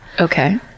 Okay